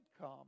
come